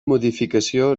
modificació